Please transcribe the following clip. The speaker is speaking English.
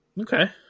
okay